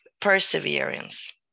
perseverance